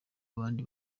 abandi